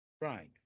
Right